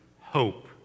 hope